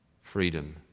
freedom